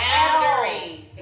Boundaries